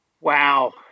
Wow